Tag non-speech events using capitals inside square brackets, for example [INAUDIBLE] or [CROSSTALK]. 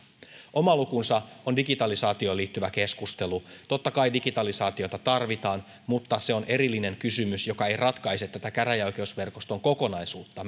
oma lukunsa on digitalisaatioon liittyvä keskustelu totta kai digitalisaatiota tarvitaan mutta se on erillinen kysymys joka ei ratkaise tätä käräjäoikeusverkoston kokonaisuutta [UNINTELLIGIBLE]